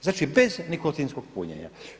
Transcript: Znači bez nikotinskog punjenja.